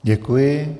Děkuji.